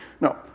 No